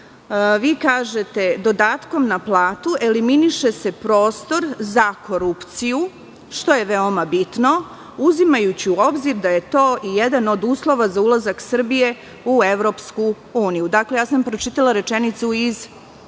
vi kažete – dodatkom na platu eliminiše se prostor za korupciju, što je veoma bitno, uzimajući u obzir da je to i jedan od uslova za ulazak Srbije u EU. Dakle, pročitala sam rečenicu iz